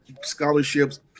scholarships